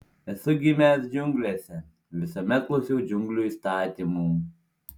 esu gimęs džiunglėse visuomet klausiau džiunglių įstatymų